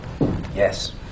Yes